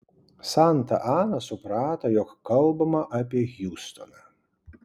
santa ana suprato jog kalbama apie hiustoną